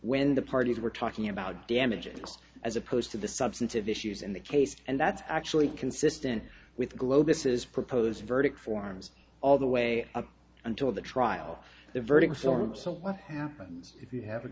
when the parties were talking about damages as opposed to the substantive issues in the case and that's actually consistent with globus is proposed verdict forms all the way up until the trial the verdict form so what happens if you have a